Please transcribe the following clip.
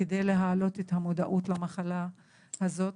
כדי להעלות את המודעות למחלה הזאת.